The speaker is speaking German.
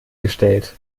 gestellt